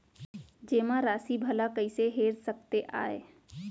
जेमा राशि भला कइसे हेर सकते आय?